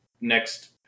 next